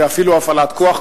ואפילו הפעלת כוח.